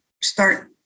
start